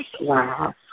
Wow